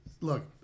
look